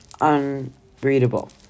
unreadable